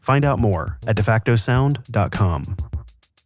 find out more at defacto sound dot com